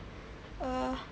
err